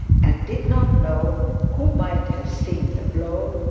and did not know who might have seen the blow,